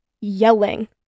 yelling